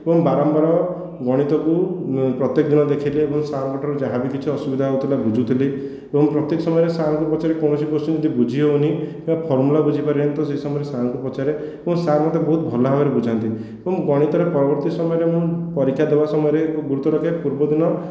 ଏବଂ ବାରମ୍ବାର ଗଣିତକୁ ପ୍ରତ୍ୟେକ ଦିନ ଦେଖେଇଲି ଏବଂ ସାର୍ ଙ୍କ ଠାରୁ ଯାହା ବି କିଛି ଅସୁବିଧା ହେଉଥିଲା ବୁଝୁଥିଲି ଏବଂ ପ୍ରତ୍ୟେକ ସମୟରେ ସାର୍ ଙ୍କୁ ପଚାରେ କୋଣସି କୋଶ୍ଚି୍ନ୍ ଯଦି ବୁଝି ହେଉନି କିମ୍ବା ଫର୍ମୁଲା ବୁଝିପାରୁନି ତ ସେହି ସମୟରେ ସାର୍ ଙ୍କୁ ପଚାରେ ଏବଂ ସାର୍ ମୋତେ ବହୁତ ଭଲ ଭାବରେ ବୁଝାନ୍ତି ଏବଂ ଗଣିତରେ ପରବର୍ତ୍ତୀ ସମୟରେ ମୁଁ ପରୀକ୍ଷା ଦେବା ସମୟରେ ଗୁରୁତ୍ୱ ରଖେ ପୂର୍ବଦିନ